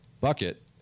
bucket